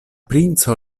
princo